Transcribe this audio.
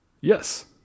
Yes